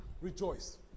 Rejoice